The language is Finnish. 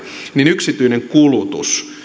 niin yksityinen kulutus